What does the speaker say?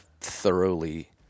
thoroughly